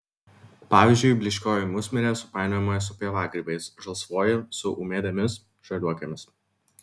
pavyzdžiui blyškioji musmirė supainiojama su pievagrybiais žalsvoji su ūmėdėmis žaliuokėmis